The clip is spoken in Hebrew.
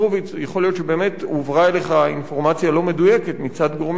יכול להיות שבאמת הועברה אליך אינפורמציה לא מדויקת מצד גורמי השטח,